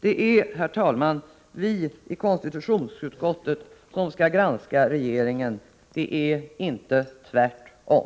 Det är, herr talman, vi i konstitutionsutskottet som skall granska regeringen, det är inte tvärtom.